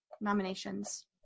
nominations